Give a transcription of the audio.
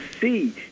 see